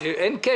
בעניין הזה,